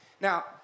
Now